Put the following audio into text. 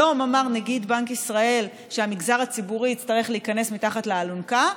היום אמר נגיד בנק ישראל שהמגזר הציבורי יצטרך להיכנס מתחת לאלונקה,